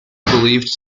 believed